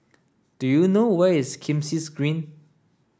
do you know where is Kismis Green